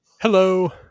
Hello